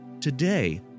Today